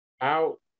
out